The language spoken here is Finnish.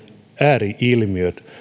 ääri ilmiöt